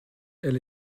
elle